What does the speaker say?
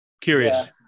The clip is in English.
curious